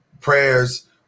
prayers